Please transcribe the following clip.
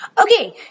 Okay